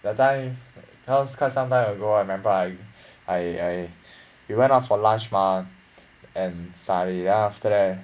that time that was quite some time ago I remember I I I we went out for lunch mah and sai ya after that